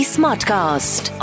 Smartcast